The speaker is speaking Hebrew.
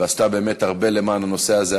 ועשתה באמת הרבה למען הנושא הזה.